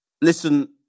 Listen